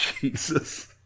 Jesus